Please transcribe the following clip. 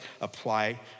apply